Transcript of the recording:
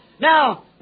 Now